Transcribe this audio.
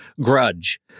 grudge